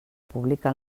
pública